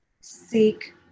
Seek